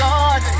God